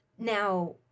Now